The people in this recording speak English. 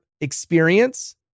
experience